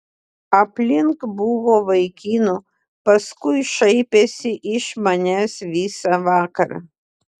aplink buvo vaikinų paskui šaipėsi iš manęs visą vakarą